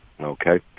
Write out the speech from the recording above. Okay